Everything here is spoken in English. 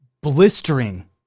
blistering